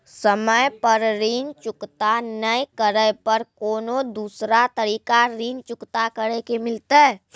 समय पर ऋण चुकता नै करे पर कोनो दूसरा तरीका ऋण चुकता करे के मिलतै?